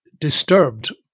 disturbed